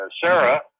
Sarah